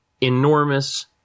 enormous